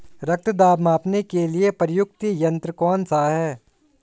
रक्त दाब मापने के लिए प्रयुक्त यंत्र कौन सा है?